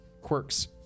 quirks